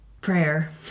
Prayer